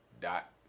dot